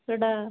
ସେଇଟା